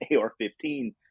AR-15